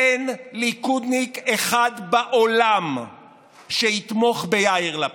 אין ליכודניק אחד בעולם שיתמוך ביאיר לפיד,